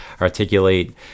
articulate